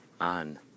on